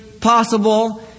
possible